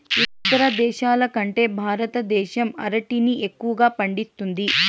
ఇతర దేశాల కంటే భారతదేశం అరటిని ఎక్కువగా పండిస్తుంది